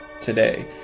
today